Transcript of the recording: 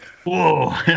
Whoa